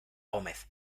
gómez